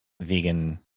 vegan